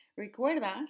recuerdas